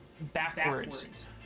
backwards